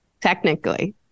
Technically